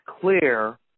clear